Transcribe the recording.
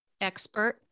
Expert